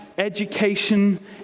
education